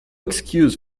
excuse